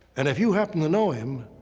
and if you happen to know him,